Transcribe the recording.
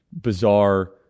bizarre